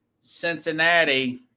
Cincinnati